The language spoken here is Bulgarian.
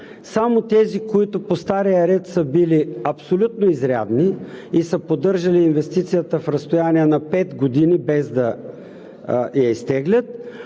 само тези, които по стария ред са били абсолютно изрядни и са поддържали инвестицията в разстояние на пет години, без да я изтеглят.